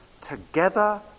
Together